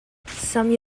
some